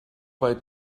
bei